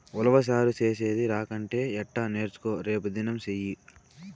ఉలవచారు చేసేది రాకంటే ఎట్టా నేర్చుకో రేపుదినం సెయ్యి